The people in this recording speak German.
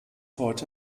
heute